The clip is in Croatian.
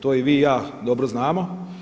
To i vi i ja dobro znamo.